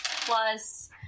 plus